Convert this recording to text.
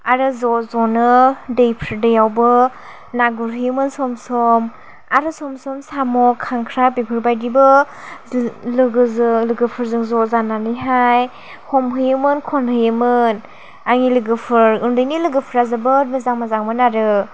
आरो ज' ज'नो दैफोर दैयावबो ना गुरहैयोमोन सम सम आरो सम सम साम' खांख्राय बेफोरबायदिबो लोगोजों लोगोफोरजों ज' जानानैहाय हमहैयोमोन खनहैयोमोन आंनि लोगोफोर उन्दैनि लोगोफ्रा जोबोर मोजां मोजांमोन आरो